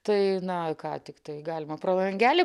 tai na ką tiktai galima pro langelį